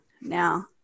now